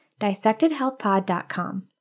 DissectedHealthPod.com